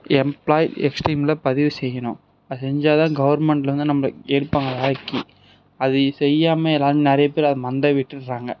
employee எக்ஸ்டீம்ல பதிவு செய்யணும் அது செஞ்சால் தான் கவர்மெண்டில் வந்து நம்பள எடுப்பாங்க வேலைக்கு அதை செய்யாமல் யாராவது நிறைய பேர் அதை மறந்தே விட்டுவிடுறாங்க